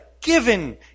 given